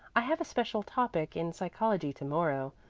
i have a special topic in psychology to-morrow,